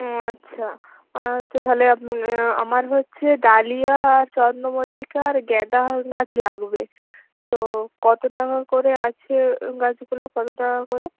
ও আচ্ছা আচ্ছা তাহলে আপনি আমার হচ্ছে ডালিয়া আর চন্দমল্লিকা আর গ্যাঁদা গাছ লাগবে তো কত টাকা করে আছে গাছগুলো কত টাকা করে